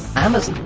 amazon